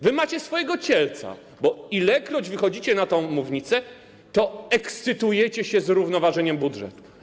Wy macie swojego cielca, bo ilekroć wychodzicie na tę mównicę, to ekscytujecie się zrównoważeniem budżetu.